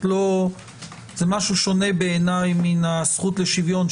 זה משהו שונה בעיני מן הזכות לשוויון,